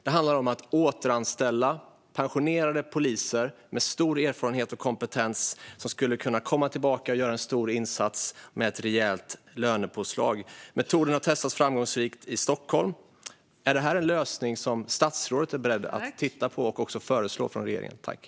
Det handlar om att återanställa pensionerade poliser med stor erfarenhet och kompetens som skulle kunna komma tillbaka och göra en stor insats med ett rejält lönepåslag. Metoden har testats framgångsrikt i Stockholm. Är detta en lösning som statsrådet är beredd att titta på och även föreslå från regeringens sida?